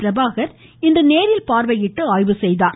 பிரபாகர் இன்று நேரில் பார்வையிட்டு ஆய்வு செய்தார்